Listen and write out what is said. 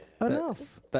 Enough